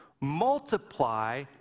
multiply